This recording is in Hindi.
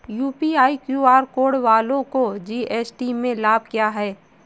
यू.पी.आई क्यू.आर कोड वालों को जी.एस.टी में लाभ क्या है?